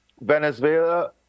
Venezuela